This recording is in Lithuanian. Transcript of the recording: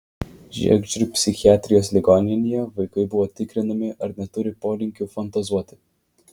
žiegždrių psichiatrijos ligoninėje vaikai buvo tikrinami ar neturi polinkių fantazuoti